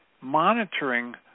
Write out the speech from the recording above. monitoring